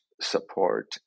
support